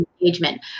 Engagement